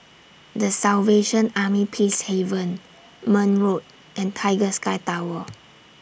The Salvation Army Peacehaven Marne Road and Tiger Sky Tower